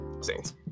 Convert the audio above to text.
Saints